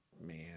Man